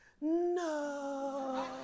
no